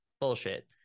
bullshit